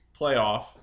playoff